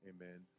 amen